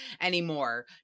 anymore